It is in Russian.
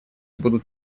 будут